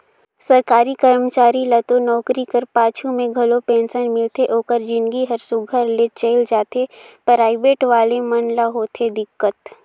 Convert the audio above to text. सरकारी करमचारी ल तो नउकरी कर पाछू में घलो पेंसन मिलथे ओकर जिनगी हर सुग्घर ले चइल जाथे पराइबेट वाले मन ल होथे दिक्कत